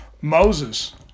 Moses